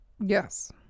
Yes